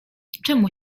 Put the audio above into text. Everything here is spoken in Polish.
czemu